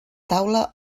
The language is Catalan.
taula